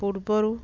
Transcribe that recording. ପୂର୍ବରୁ